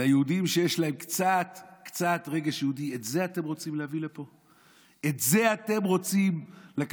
ליהודים שיש להם קצת רגש יהודי: את זה אתם רוצים להביא לפה?